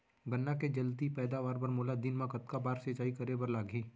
गन्ना के जलदी पैदावार बर, मोला दिन मा कतका बार सिंचाई करे बर लागही?